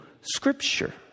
Scripture